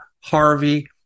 Harvey